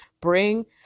bring